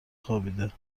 خوابیده